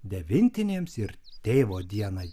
devintinėms ir tėvo dienai